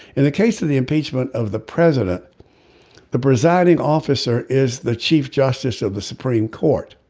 in the case of the impeachment of the president the presiding officer is the chief justice of the supreme court.